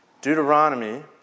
Deuteronomy